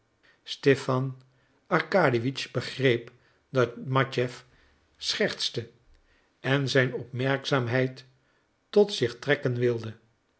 stipan arkadiewitsch begreep dat matjeff schertste en zijn opmerkzaamheid tot zich trekken wilde